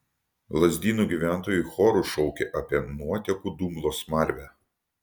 lazdynų gyventojai choru šaukė apie nuotekų dumblo smarvę